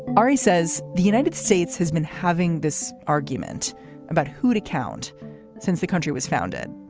ari says the united states has been having this argument about who to count since the country was founded.